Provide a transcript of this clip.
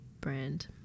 brand